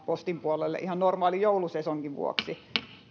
postin puolelle ihan normaalin joulusesongin vuoksi